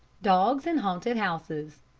dogs in haunted houses